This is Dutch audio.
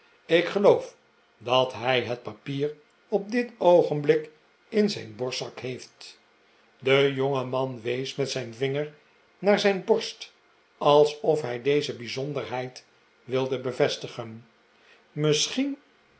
ik geloof dat hij het papier op dit oogenblik in zijn borstzak heeft de jongeman wees met zijn vinger naar zijn borst alsof hij deze bijzonderheid wilde bevestigen t misschien